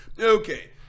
Okay